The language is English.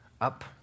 up